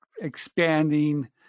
expanding